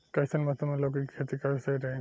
कइसन मौसम मे लौकी के खेती करल सही रही?